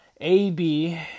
AB